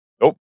Nope